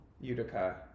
Utica